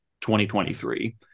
2023